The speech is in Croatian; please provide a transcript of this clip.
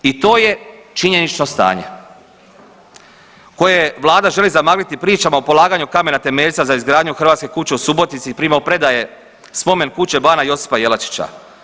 I to je činjenično stanje koje vlada želi zamagliti pričama o polaganju kamena temeljca za izgradnju hrvatske kuće u Subotici i primopredaje spomen kuće Bana Josipa Jelačića.